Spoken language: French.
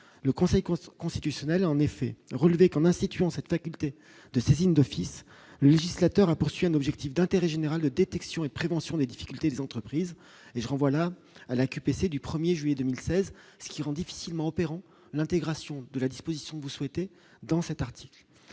le conséquence constitutionnelle en effet relevé comme instituant cette faculté de saisine d'office, le législateur a poursuit un objectif d'intérêt général de détection et prévention des difficultés des entreprises et je renvoie la à la QPC du 1er juillet 2016, ce qui rend difficilement opérant l'intégration de la disposition vous souhaitez dans cet article,